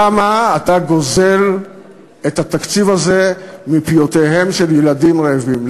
למה אתה גוזל את התקציב הזה מפיותיהם של ילדים רעבים?